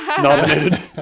Nominated